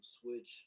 switch